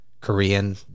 Korean